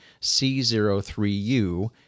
C03U